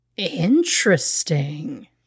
Interesting